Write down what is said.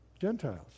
Gentiles